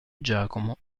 giacomo